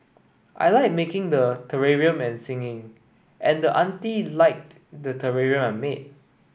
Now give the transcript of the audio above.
I like making the terrarium singing and the auntie liked the terrarium I made